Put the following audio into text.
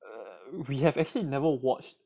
err we have actually never watched